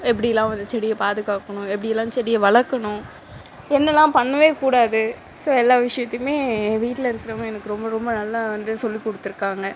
எப்படிலாம் வந்து செடியை பாதுகாக்கணும் எப்படிலாம் செடியை வளர்க்கணும் என்னலாம் பண்ணவே கூடாது ஸோ எல்லா விஷயத்தையுமே என் வீட்டில் இருக்குறவங்க எனக்கு ரொம்ப ரொம்ப நல்லா வந்து சொல்லி கொடுத்துருக்காங்க